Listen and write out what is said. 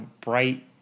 bright